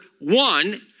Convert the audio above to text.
one